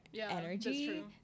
energy